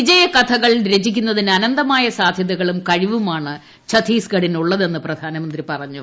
വിജയ കഥകൾ രചിക്കുന്നതിന് അനന്തമായ സാധ്യതകളും കഴിവുമാണ് ഛത്തീസ്ഗഡിന് ഉള്ളതെന്ന് പ്രധാനമന്ത്രി പറഞ്ഞു